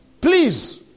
Please